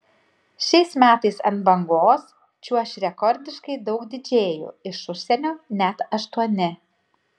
šiais metais ant bangos čiuoš rekordiškai daug didžėjų iš užsienio net aštuoni